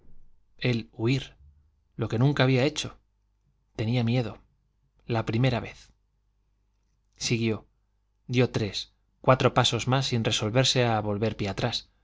él huir lo que nunca había hecho tenía miedo la primera vez siguió dio tres cuatro pasos más sin resolverse a volver pie atrás